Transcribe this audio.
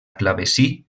clavecí